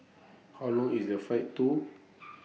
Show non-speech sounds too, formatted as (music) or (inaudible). How Long IS The Flight to (noise)